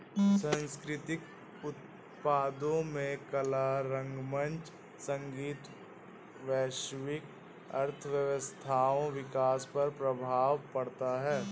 सांस्कृतिक उत्पादों में कला रंगमंच संगीत वैश्विक अर्थव्यवस्थाओं विकास पर प्रभाव पड़ता है